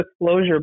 disclosure